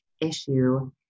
issue